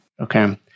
okay